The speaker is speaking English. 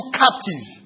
captive